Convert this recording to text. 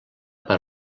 per